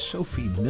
Sophie